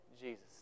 Jesus